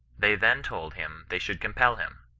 they then told him they should compel him.